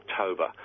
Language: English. October